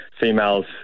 females